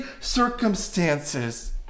circumstances